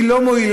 היא לא מועילה,